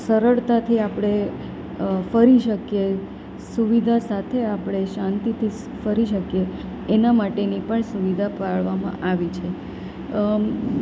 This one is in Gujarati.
સરળતાથી આપણે ફરી શકીએ સુવિધા સાથે આપણે શાંતિથી ફરી શકીએ એના માટેની પણ સુવિધા પાડવામાં આવી છે